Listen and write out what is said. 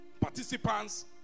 participants